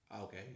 Okay